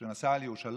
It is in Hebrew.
של נסיעה לירושלים,